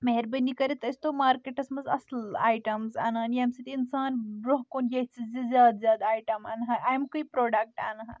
مہربٲنی کٔرِتھ ٲسۍ تو مارکیٚٹس منٛز اصٕل ایٚٹمٕز انان ییٚمہِ سۭتۍ انسان برونٛہہ کُن یژھہِ زِزیادٕ زیادٕ ایٹم انہا امکُے پروڈکٹ انہا